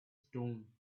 stone